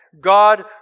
God